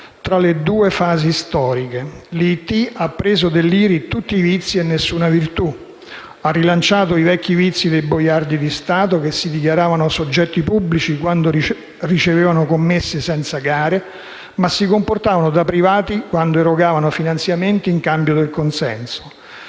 fra le due fasi storiche: l'IIT ha preso dell'IRI tutti i vizi e nessuna virtù, ha rilanciato i vecchi vizi dei boiardi di Stato, che si dichiaravano soggetti pubblici quando ricevevano commesse senza gare, ma si comportavano da privati quando erogavano finanziamenti in cambio del consenso.